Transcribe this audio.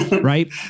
right